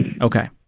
Okay